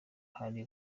hari